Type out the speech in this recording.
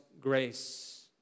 grace